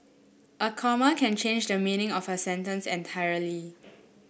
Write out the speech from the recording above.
a comma can change the meaning of a sentence entirely